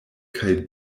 kaj